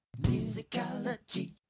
musicology